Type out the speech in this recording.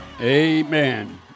Amen